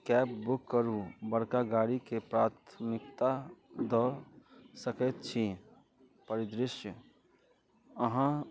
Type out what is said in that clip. cab book करू बड़का गाड़ीके प्राथमिकता दऽ सकैत छी परिदृश्य अहाँ